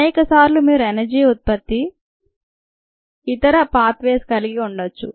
అనేక సార్లు మీరు ఎనర్జీ ఉత్పత్తి కిఇతర పాత్వేస్ కలిగి ఉండవచ్చు